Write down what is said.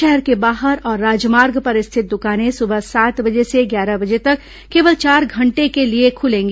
शहर के बाहर और राजमार्ग पर स्थित दुकानें सुबह सात बजे से ग्यारह बजे तक केवल चार घंटे के लिए खुलेंगी